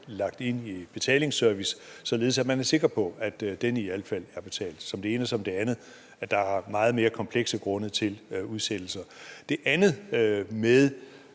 lagt ind i betalingsservice, således at man er sikker på, at den i hvert fald er betalt. Det er det ene, og det andet er, at der er meget mere komplekse grunde til udsættelser. Det med